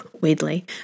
weirdly